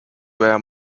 were